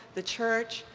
the church,